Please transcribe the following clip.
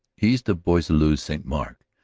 east of boisleux st. m arc,